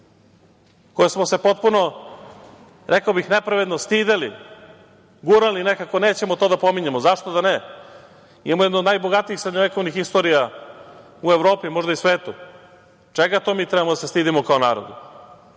koje smo se potpuno, rekao bih, nepravedno stideli, gurali nekako, nećemo to da pominjemo. Zašto da ne? Imamo jednu od najbogatijih srednjovekovnih istorija u Evropi, možda i svetu. Čega to mi treba da se stidimo kao narod?